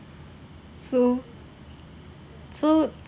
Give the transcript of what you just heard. so so